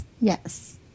Yes